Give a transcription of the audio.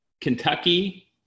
Kentucky